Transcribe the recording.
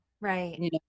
right